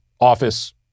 Office